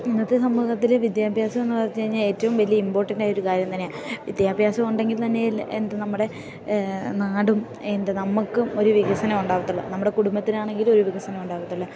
ഇന്നത്തെ സമൂഹത്തില് വിദ്യാഭ്യാസം എന്ന് പറഞ്ഞു കഴിഞ്ഞാൽ ഏറ്റവും വലിയ ഇമ്പോർട്ടൻറ്റായ ഒരു കാര്യം തന്നെയാണ് വിദ്യാഭ്യാസം ഉണ്ടെങ്കിൽ തന്നെ എന്ത് നമ്മുടെ നാടും എൻ്റെ നന്മയ്ക്കും ഒരു വികസനം ഉണ്ടാവത്തുള്ളു നമ്മുടെ കുടുംബത്തിനാണെങ്കിലും ഒരു വികസനം ഉണ്ടാവത്തുള്ളൂ